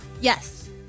Yes